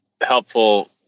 Helpful